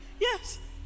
Yes